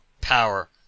power